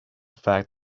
fact